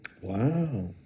Wow